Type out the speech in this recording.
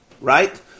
Right